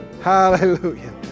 Hallelujah